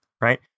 right